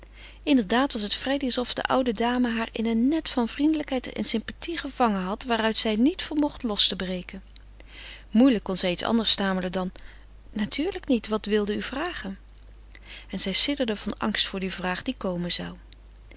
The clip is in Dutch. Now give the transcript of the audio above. inderdaad was het freddy alsof die oude dame haar in een net van vriendelijkheid en sympathie gevangen had waaruit zij niet vermocht los te breken moeilijk kon zij iets anders stamelen dan natuurlijk niet wat wilde u vragen en zij sidderde van angst voor die vraag die komen zou